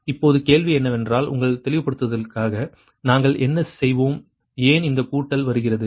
இப்போது கேள்வி என்னவென்றால் உங்கள் தெளிவுபடுத்தலுக்காக நாங்கள் என்ன செய்வோம் ஏன் இந்த கூட்டல் வருகிறது